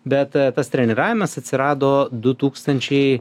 bet tas treniravimas atsirado du tūkstančiai